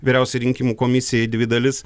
vyriausia rinkimų komisija į dvi dalis